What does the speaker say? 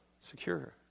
secure